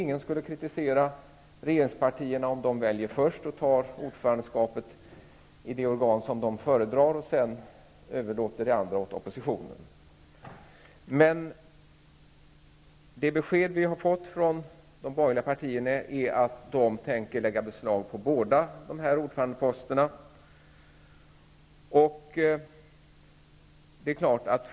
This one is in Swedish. Ingen skulle kritisera regeringspartierna om de ville välja först och få ordförandeskapet i det organ som de föredrar och sedan överlåter det andra åt oppositionen. Det besked vi har fått från de borgerliga partierna är att de tänker lägga beslag på båda ordförandeposterna.